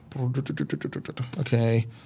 Okay